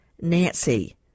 nancy